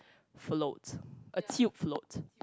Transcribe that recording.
float a tube float